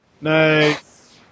Nice